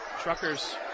Truckers